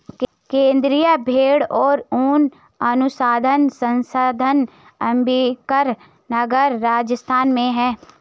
केन्द्रीय भेंड़ और ऊन अनुसंधान संस्थान अम्बिका नगर, राजस्थान में है